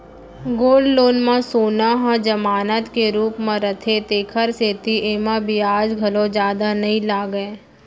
gold loan म सोन ह जमानत के रूप म रथे तेकर सेती एमा बियाज घलौ जादा नइ लागय